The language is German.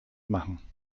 machen